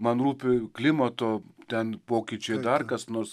man rūpi klimato ten pokyčiai dar kas nors